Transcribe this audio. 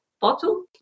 bottle